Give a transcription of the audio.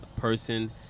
person